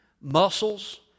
muscles